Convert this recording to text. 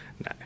No